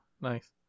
nice